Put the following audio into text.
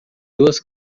duas